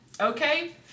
okay